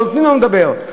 לא נותנים לנו לדבר,